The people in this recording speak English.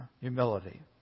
humility